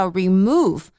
remove